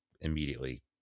immediately